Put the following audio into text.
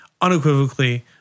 unequivocally